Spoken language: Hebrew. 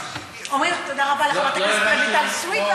תודה רבה לחברת הכנסת רויטל סויד,